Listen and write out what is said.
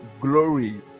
glory